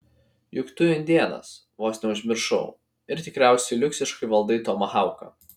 juk tu indėnas vos neužmiršau ir tikriausiai liuksiškai valdai tomahauką